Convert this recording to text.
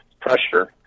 pressure